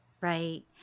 Right